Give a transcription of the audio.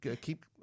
keep